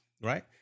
right